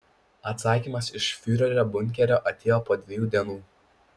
atsakymas iš fiurerio bunkerio atėjo po dviejų dienų